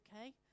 okay